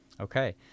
Okay